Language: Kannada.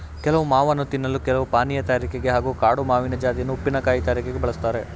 ಕೆಲವು ಮಾವನ್ನು ತಿನ್ನಲು ಕೆಲವು ಪಾನೀಯ ತಯಾರಿಕೆಗೆ ಹಾಗೂ ಕಾಡು ಮಾವಿನ ಜಾತಿಯನ್ನು ಉಪ್ಪಿನಕಾಯಿ ತಯಾರಿಕೆಗೆ ಬಳುಸ್ತಾರೆ